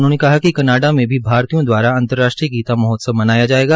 उन्होंने कहा कि कनाडा में भी भारतीयों द्वारा अंतर्राष्ट्रीय गीता समारोह मनाया जायेगा